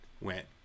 went